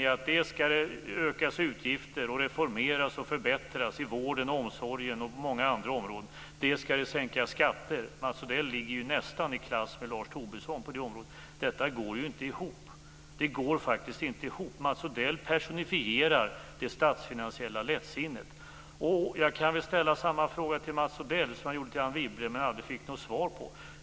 Det skall dels ökas utgifter och reformeras och förbättras i vården, omsorgen och på många andra områden, dels sänkas skatter. Mats Odell ligger nästan i klass med Lars Tobisson på det området. Detta går inte ihop. Det går faktiskt inte ihop. Mats Odell personifierar det statsfinansiella lättsinnet. Jag kan ställa samma fråga till Mats Odell som jag gjorde till Anne Wibble, men aldrig fick något svar på.